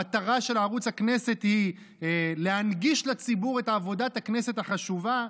המטרה של ערוץ הכנסת היא להנגיש לציבור את עבודת הכנסת החשובה.